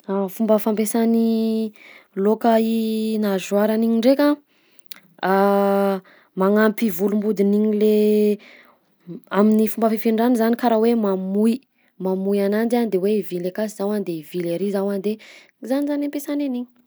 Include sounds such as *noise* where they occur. *hesitation* Fomba fampiasan'ny laoka i nageoire-ny igny ndraika: *hesitation* magnampy volom-bodiny igny le amin'ny fifindrany zany karaha hoe mamoy, mamoy ananjy a de hoe hivily akatsy zao a de hivily ary zao a, de zany zany ampiasany an'igny.